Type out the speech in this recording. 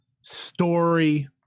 story